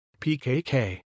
PKK